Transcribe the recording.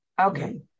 Okay